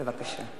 בבקשה.